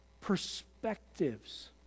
Perspectives